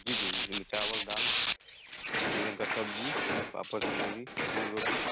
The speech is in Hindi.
जी जी जी जिसमें चावल दाल दो रंग का सब्ज़ी पापड़ तिलौरी दो रोटी